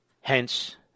Hence